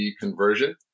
conversion